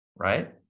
Right